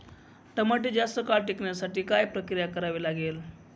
टमाटे जास्त काळ टिकवण्यासाठी काय प्रक्रिया करावी लागेल?